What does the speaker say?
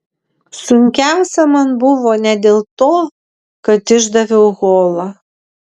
sunkiausia man buvo ne dėl to kad išdaviau holą